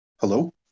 Hello